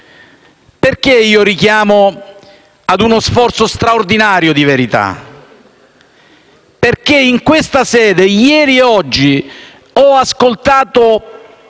Richiamo ad uno sforzo straordinario di verità perché in questa sede, ieri e oggi, ho ascoltato